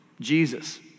Jesus